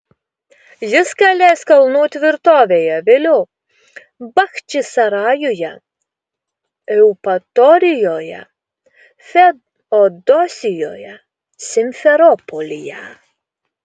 jis kalės kalnų tvirtovėje vėliau bachčisarajuje eupatorijoje feodosijoje simferopolyje